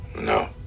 No